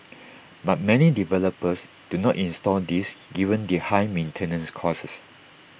but many developers do not install these given their high maintenance costs